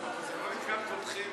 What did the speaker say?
זה לא נקרא קודחי מוח.